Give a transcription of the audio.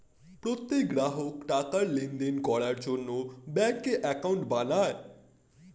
প্রত্যেক গ্রাহক টাকার লেনদেন করার জন্য ব্যাঙ্কে অ্যাকাউন্ট বানায়